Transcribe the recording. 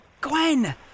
Gwen